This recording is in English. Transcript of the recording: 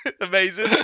amazing